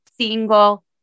single